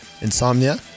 insomnia